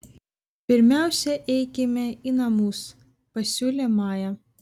pirmiausia eikime į namus pasiūlė maja